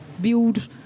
build